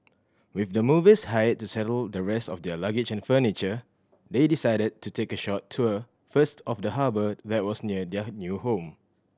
with the movers hired to settle the rest of their luggage and furniture they decided to take a short tour first of the harbour that was near their new home